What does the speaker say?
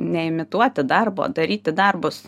neimituoti darbo o daryti darbus